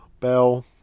bell